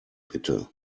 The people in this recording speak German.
bitte